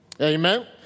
Amen